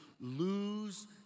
lose